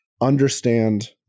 understand